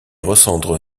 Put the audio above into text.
recentre